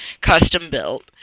custom-built